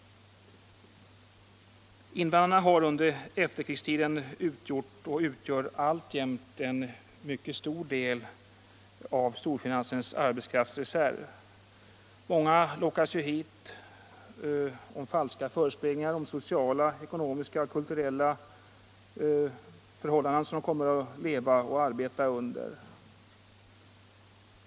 Invandrarna har under efterkrigstiden utgjort och utgör alltjämt en mycket stor del av storfinansens arbetskraftsreserv. Många lockas hit under falska förespeglingar om de sociala, ekonomiska och kulturella förhållanden som de kommer att leva och arbeta under.